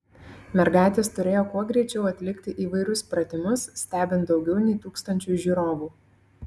mergaitės turėjo kuo greičiau atlikti įvairius pratimus stebint daugiau nei tūkstančiui žiūrovų